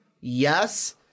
Yes